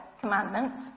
commandments